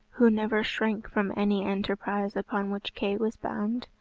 who never shrank from any enterprise upon which kay was bound.